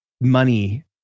money